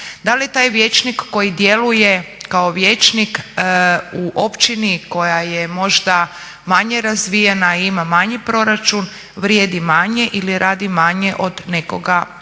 Da li taj vijećnik koji djeluje kao vijećnik u općini koja je možda manje razvijena i ima manji proračun vrijedi manje ili radi manje od nekoga tko